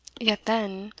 yet, then,